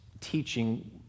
teaching